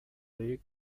league